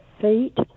feet